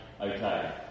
okay